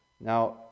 Now